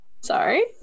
Sorry